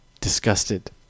disgusted